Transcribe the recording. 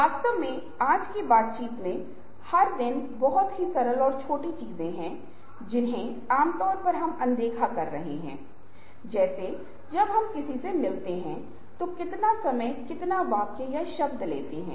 इसे करने से आप संतुष्ट भी महसूस करेंगे और आपका तनाव का स्तर कम होगा क्योंकि आप अगले दिन के लिए कोई काम अपूर्ण नहीं रख रहे हैं